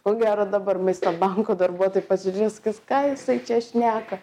ko gero dabar maisto banko darbuotojai pasižiūrės kas ką jisai čia šneka